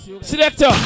Selector